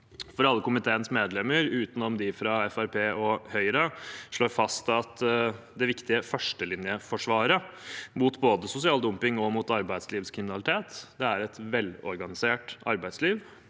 Alle komiteens medlemmer, utenom de fra Fremskrittspartiet og Høyre, slår fast at det viktige førstelinjeforsvaret både mot sosial dumping og mot arbeidslivskriminalitet er et velorganisert arbeidsliv